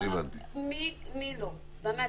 מי לא היה,